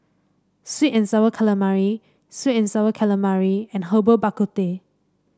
sweet and sour calamari sweet and sour calamari and Herbal Bak Ku Teh